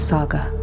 Saga